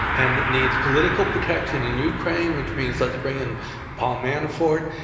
and it needs political protection in ukraine, which means let's bring in paul manafort.